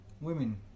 women